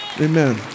Amen